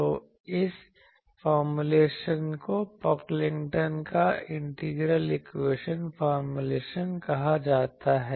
तो इस फॉर्मूलेशन को पोकलिंगटन का इंटीग्रल इक्वेशन फॉर्मूलेशन कहा जाता है